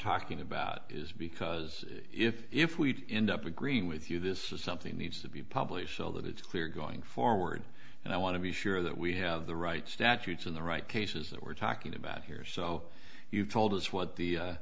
about is because if we end up agreeing with you this is something needs to be published so that it's clear going forward and i want to be sure that we have the right statutes in the right cases that we're talking about here so you've told us what the